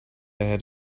had